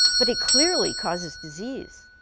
but it clearly causes disease,